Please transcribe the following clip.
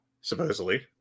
supposedly